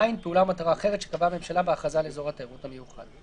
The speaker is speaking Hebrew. (ז)פעולה או מטרה אחרת שקבעה הממשלה בהכרזה על אזור התיירות המיוחד.